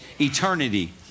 eternity